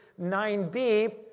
9b